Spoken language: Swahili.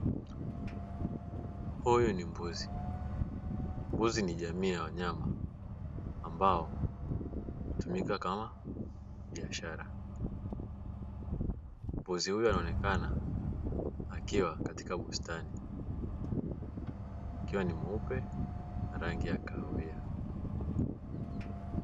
Huyu ni mbuzi, mbuzi ni jamii ya wanyama ambao hutumika kama biashara. Mbuzi huyu anaonekana akiwa katika bustani akiwa ni mweupe na rangi ya kahawia.